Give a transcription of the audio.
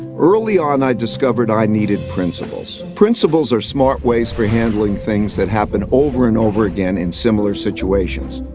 early on, i discovered i needed principles. principles are smart ways for handling things that happen over and over again in similar situations.